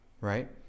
right